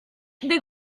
des